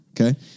Okay